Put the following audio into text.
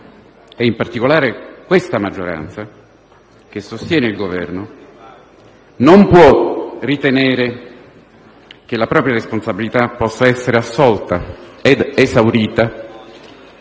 e in particolare questa maggioranza che sostiene il Governo, non può ritenere che la propria responsabilità possa essere assolta ed esaurita